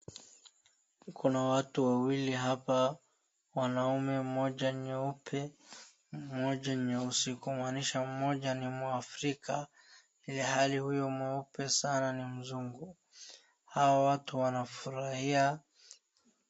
Kuna watu wawili hapa. Mwanaume mmoja nyeupe, mmoja nyeusi kumaanisha mmoja ni mwafrika ilhali huyo mweupe sana ni mzungu. Hawa watu wanafurahia.